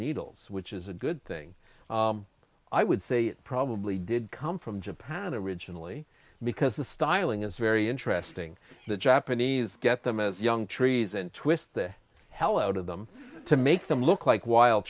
needles which is a good thing i would say it probably did come from japan originally because the styling is very interesting the japanese get them as young trees and twist the hell out of them to make them look like wild